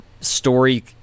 story